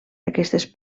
aquestes